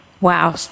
Wow